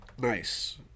nice